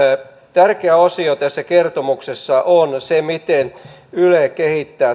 tärkeä osio tässä kertomuksessa on se miten yle kehittää